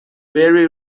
بری